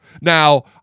Now